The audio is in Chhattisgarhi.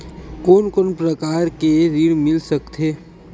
कोन कोन प्रकार के ऋण मिल सकथे?